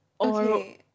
Okay